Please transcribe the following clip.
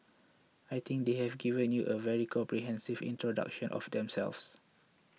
I think they have given you a very comprehensive introduction of themselves